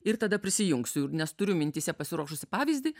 ir tada prisijungsiu ir nes turiu mintyse pasiruošusi pavyzdį